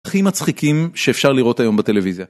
הכי מצחיקים שאפשר לראות היום בטלוויזיה.